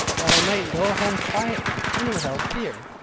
that i might go home quietly, and without fear.